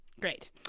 Great